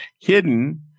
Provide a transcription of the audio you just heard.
hidden